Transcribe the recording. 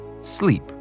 Sleep